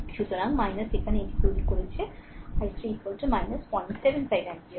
সুতরাং এখানে এটি তৈরি করছে i3 075 অ্যাম্পিয়ার